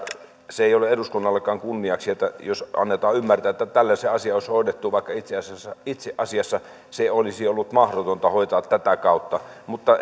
se ei ole eduskunnallekaan kunniaksi jos annetaan ymmärtää että tällä se asia olisi hoidettu vaikka itse asiassa itse asiassa se olisi ollut mahdotonta hoitaa tätä kautta mutta